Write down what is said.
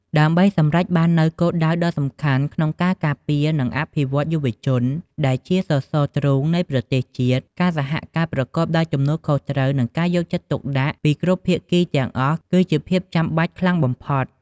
ដើម្បីសម្រេចបាននូវគោលដៅដ៏សំខាន់ក្នុងការការពារ និងអភិវឌ្ឍយុវជន ដែលជាសសរទ្រូងនៃប្រទេសជាតិ ការសហការប្រកបដោយទំនួលខុសត្រូវ និងការយកចិត្តទុកដាក់ពីគ្រប់ភាគីទាំងអស់ គឺជាភាពចាំបាច់ខ្លាំងបំផុត។